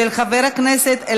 אינה